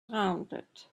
rounded